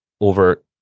over